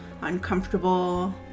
uncomfortable